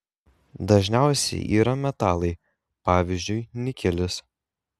dažniausiai yra metalai pavyzdžiui nikelis